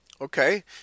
Okay